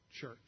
church